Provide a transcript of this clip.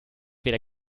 weder